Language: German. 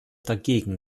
dagegen